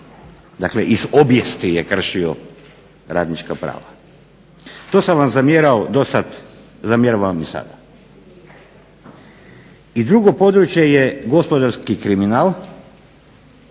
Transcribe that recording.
Dakle, iz obijesti je kršio radnička prava. To sam vam zamjerao do sada, zamjeram vam i sada. I drugo područje je gospodarski kriminal